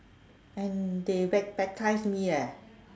and they bap~ baptise me leh